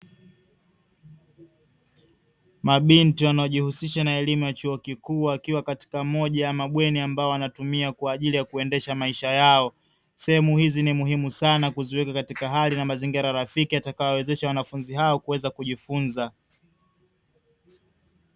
Mabinti wanaojihusisha na elimu ya chuo kikuu, wakiwa katika moja ya mabweni ambayo wanatumia kwa ajili ya kuendesha maisha yao. Sehemu hizi ni muhimu sana kuziweka katika hali na mazingira rafiki, yatakayowawezesha wanafunzi hao kuweza kujifunza.